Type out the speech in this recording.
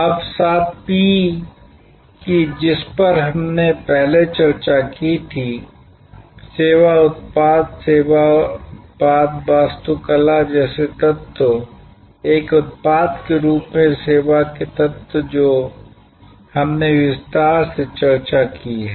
अब सात पी की जिस पर हमने पहले चर्चा की थी सेवा उत्पाद सेवा उत्पाद वास्तुकला जैसे तत्व एक उत्पाद के रूप में सेवा के तत्व जो हमने विस्तार से चर्चा की है